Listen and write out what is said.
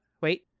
Wait